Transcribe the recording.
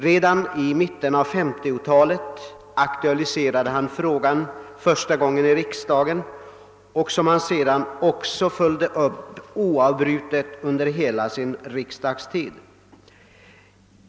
Redan i mitten av 1950-talet aktualiserade han första gången frågan i riksdagen, och han följde sedan oavbrutet upp den under hela sin riksdagstid.